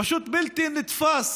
פשוט בלתי נתפס